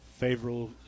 Favorable